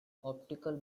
optical